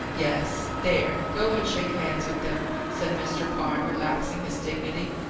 yes! there! go and shake hands with them, said mr. pye, relaxing his dignity.